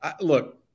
look